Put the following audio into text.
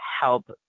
help